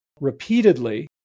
repeatedly